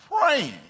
praying